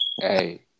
Hey